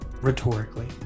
rhetorically